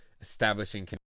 establishing